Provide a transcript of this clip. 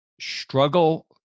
struggle